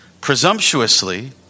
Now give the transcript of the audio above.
presumptuously